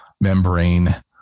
membrane